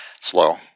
slow